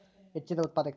ಹೆಚ್ಚಿದ ಉತ್ಪಾದಕತೆ